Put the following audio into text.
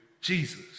Jesus